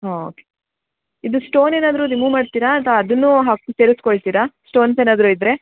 ಹಾಂ ಓಕೆ ಇದು ಸ್ಟೋನ್ ಏನಾದರೂ ರಿಮೂವ್ ಮಾಡ್ತೀರಾ ಅಥ್ವಾ ಅದನ್ನೂ ಹಾಕಿ ಸೇರಿಸ್ಕೊಳ್ತಿರಾ ಸ್ಟೋನ್ಸ್ ಏನಾದರೂ ಇದ್ದರೆ